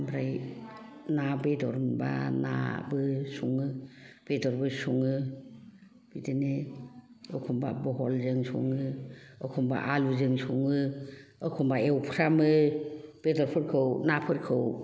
ओमफ्राय ना बेदर मोनबा नाबो सङो बेदरबो सङो बिदिनो अखम्बा बहलजों सङो अखम्बा आलुजों सङो अखम्बा एवफ्रामो बेदरफोरखौ नाफोरखौ